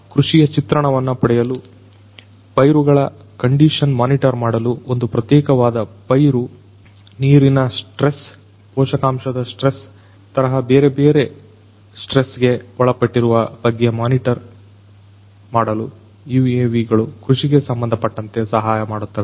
ಕೃಷಿಯ ಚಿತ್ರಣವನ್ನ ಪಡೆಯಲು ಪೈರುಗಳ ಕಂಡಿಶನ್ನು ಮಾನಿಟರ್ ಮಾಡಲು ಒಂದು ಪ್ರತ್ಯೇಕವಾದ ಪೈರು ನೀರಿನ ಸ್ಟ್ರೆಸ್ ಪೋಷಕಾಂಶದ ಸ್ಟ್ರೆಸ್ ತರಹ ಬೇರೆ ಓಕೆಬೇರೆ ಸ್ಟ್ರೆಸ್ ಗೆ ಒಳಪಟ್ಟಿರುವ ಬಗ್ಗೆ ಮೋನಿಟರ್ ಮಾಡಲು UAVಗಳು ಕೃಷಿಗೆ ಸಂಬಂಧಪಟ್ಟಂತೆ ಸಹಾಯಮಾಡುತ್ತವೆ